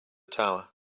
tower